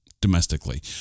domestically